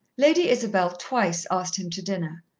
lady isabel twice asked him to dinner,